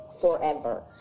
forever